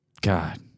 God